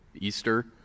Easter